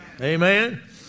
amen